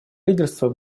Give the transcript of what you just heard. лидерство